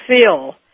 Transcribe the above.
feel